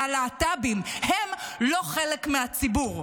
אלה הלהט"בים, הם לא חלק מהציבור.